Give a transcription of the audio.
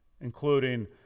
including